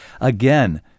again